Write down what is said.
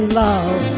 love